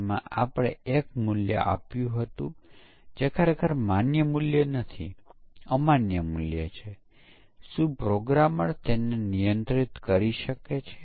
અને એ પણ આપણે જોશું કે સિસ્ટમ પરીક્ષણ કોણ કરે છે તેના આધારે ખરેખર ત્રણ પ્રકારનાં સિસ્ટમ પરીક્ષણો છે